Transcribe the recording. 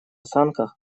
санках